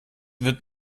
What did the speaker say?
wird